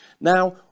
Now